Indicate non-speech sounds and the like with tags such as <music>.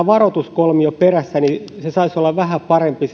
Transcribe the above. <unintelligible> varoituskolmio perässä saisi olla vähän parempi <unintelligible>